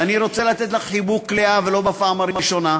ואני רוצה לתת לך חיבוק, לאה, ולא בפעם הראשונה,